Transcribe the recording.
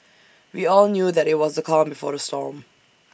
we all knew that IT was the calm before the storm